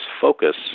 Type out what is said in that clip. focus